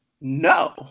no